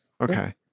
Okay